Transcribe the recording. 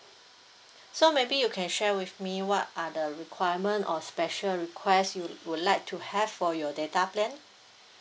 so maybe you can share with me what are the requirement or special request you would like to have for your data plan